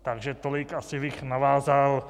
Takže tolik asi bych navázal.